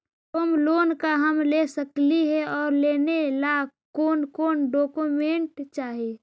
Home loan का हम ले सकली हे, और लेने ला कोन कोन डोकोमेंट चाही?